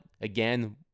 again